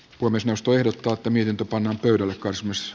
nurmes nostojen tuottaminen tupan ylle cosmos